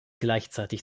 gleichzeitig